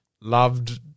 loved